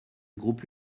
groupe